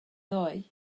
ddoe